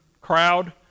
crowd